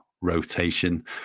rotation